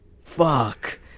Fuck